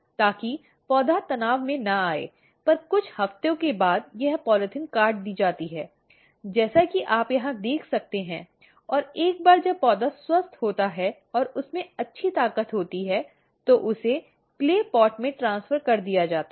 ताकि पौधा तनाव में न आए और कुछ हफ़्ते के बाद यह पॉलीथिन काट दी जाती है जैसा कि आप यहाँ देख सकते हैं और एक बार जब पौधा स्वस्थ होता है और उसमें अच्छी ताकत होती है तो उसे मिट्टी के बर्तन में ट्रान्सफर कर दिया जाता है